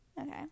Okay